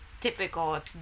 typical